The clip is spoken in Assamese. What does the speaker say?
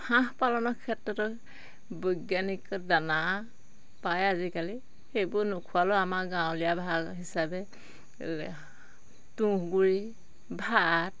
হাঁহ পালনৰ ক্ষেত্ৰতো বৈজ্ঞানিক দানা পায় আজিকালি সেইবোৰ নোখোৱালেও আমাৰ গাঁৱলীয়া ভাগ হিচাপে এই তুঁহগুড়ি ভাত